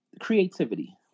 creativity